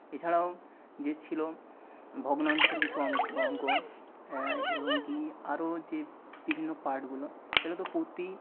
এছাড়াও যে ছিলো ভগ্নাংশের কিছু অঙ্ক অঙ্ক এবং কি আরো যে বিভিন্ন পার্টগুলো এগুলো তো প্রতি